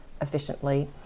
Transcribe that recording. efficiently